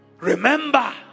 Remember